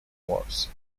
wars